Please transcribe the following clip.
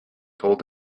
told